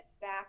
back